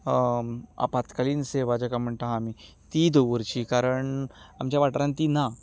आपात्कालीन सेवा जाका म्हणटात आमी ती दवरची कारण आमच्या वाठारांत ती ना